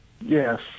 Yes